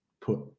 put